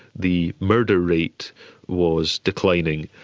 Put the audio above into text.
the murder rate was declining,